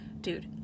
dude